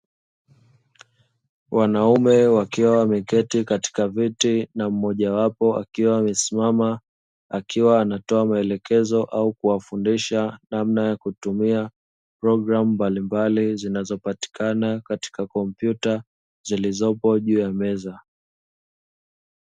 Wanaume wakiwa wameketi katika viti na mmojawapo akiwa amesimama, akiwa anatoa maelekezo au kuwafundisha namna ya kutumia programu mbalimbali, zinazopatikana katika kompyuta zilizopo juu ya meza.